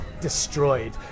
destroyed